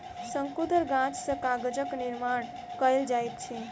शंकुधर गाछ सॅ कागजक निर्माण कयल जाइत अछि